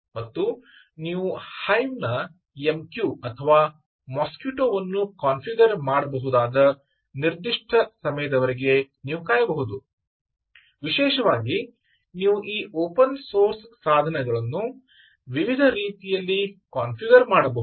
ಮತ್ತು ನೀವು ಹೈವ್ ನ MQ ಅಥವಾ ಮಾಸ್ಕಿಟೊ ವನ್ನು ಕಾನ್ಫಿಗರ್ ಮಾಡಬಹುದಾದ ನಿರ್ದಿಷ್ಟ ಸಮಯದವರೆಗೆ ನೀವು ಕಾಯಬಹುದು ವಿಶೇಷವಾಗಿ ನೀವು ಈ ಓಪನ್ ಸೋರ್ಸ್ ಸಾಧನಗಳನ್ನು ವಿವಿಧ ರೀತಿಯಲ್ಲಿ ಕಾನ್ಫಿಗರ್ ಮಾಡಬಹುದು